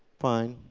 fine,